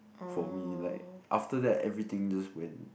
for me like after that everything just went